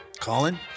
colin